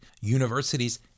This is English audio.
universities